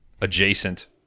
adjacent